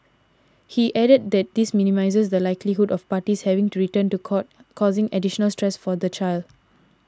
he added that this minimises the likelihood of parties having to return to court causing additional stress for the child